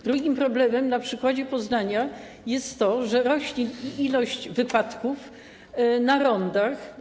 Drugim problemem - na przykładzie Poznania - jest to, że rośnie liczba wypadków na rondach.